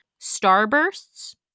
Starbursts